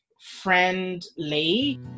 friendly